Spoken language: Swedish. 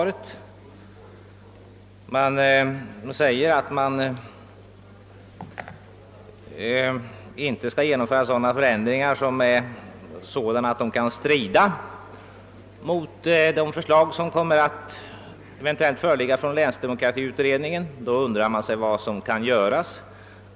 Det meddelas att inga sådana förändringar skall genomföras som kan komma att strida mot de förslag vilka eventuellt kommer att framläggas av länsdemokratiutredningen. Man undrar då vad som kan göras.